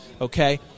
Okay